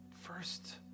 first